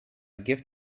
gift